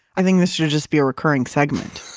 i think this should just be a recurring segment.